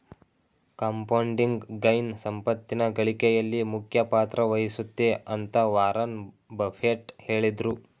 compounding gain ಸಂಪತ್ತಿನ ಗಳಿಕೆಯಲ್ಲಿ ಮುಖ್ಯ ಪಾತ್ರ ವಹಿಸುತ್ತೆ ಅಂತ ವಾರನ್ ಬಫೆಟ್ ಹೇಳಿದ್ರು